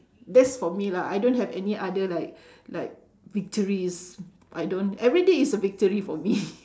that's for me lah I don't have any other like like victories I don't everyday is a victory for me